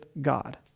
God